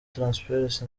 transparency